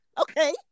Okay